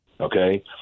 Okay